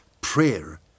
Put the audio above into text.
prayer